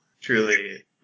Truly